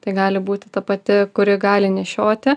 tai gali būti ta pati kuri gali nešioti